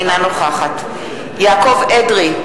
אינה נוכחת יעקב אדרי,